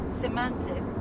semantic